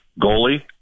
Goalie